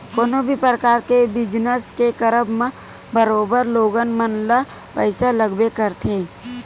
कोनो भी परकार के बिजनस के करब म बरोबर लोगन मन ल पइसा लगबे करथे